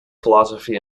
philosophy